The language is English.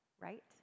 right